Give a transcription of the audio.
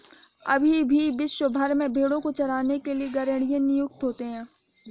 अभी भी विश्व भर में भेंड़ों को चराने के लिए गरेड़िए नियुक्त होते हैं